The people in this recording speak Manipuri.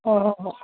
ꯍꯣ ꯍꯣ ꯍꯣ